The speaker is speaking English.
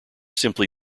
simply